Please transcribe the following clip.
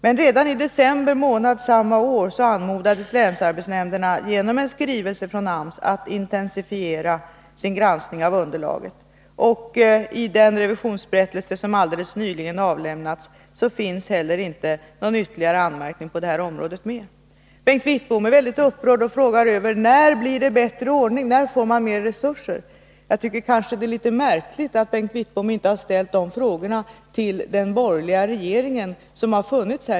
Men redan i december månad samma år anmodades länsarbetsnämnderna genom en skrivelse från AMS att intensifiera sin granskning av underlaget. I den revisionsberättelse som alldeles nyligen avlämnats finns inte heller någon ytterligare anmärkning på det här området. Bengt Wittbom är mycket upprörd och frågar: När blir det bättre ordning? När får man bättre resurser? Jag tycker det är litet märkligt att Bengt Wittbom inte har ställt de frågorna tidigare till den borgerliga regeringen.